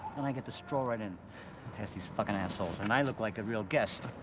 and i get to stroll right in past these fuckin' assholes and i look like a real guest.